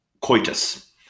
coitus